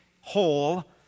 whole